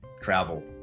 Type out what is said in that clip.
travel